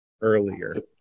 earlier